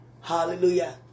Hallelujah